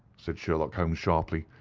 said sherlock holmes, sharply.